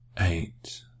Eight